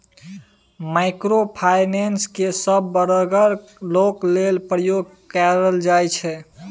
micro finance केँ सब बर्गक लोक लेल प्रयोग कएल जाइ छै